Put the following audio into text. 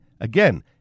Again